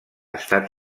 estat